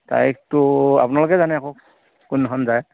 তাৰিখটো আপোনালোকে জানে আকৌ কোনদিনাখন যায়